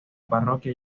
parroquia